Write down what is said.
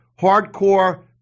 hardcore